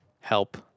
Help